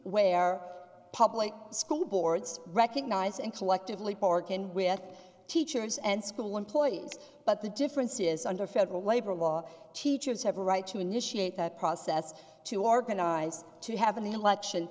where our public school boards recognize and collectively bargain with teachers and school employees but the difference is under federal labor law teachers have a right to initiate a process to organize to have an election